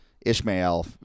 Ishmael